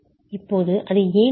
இப்போது அது ஏன் நல்லது